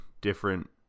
Different